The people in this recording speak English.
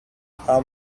how